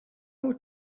will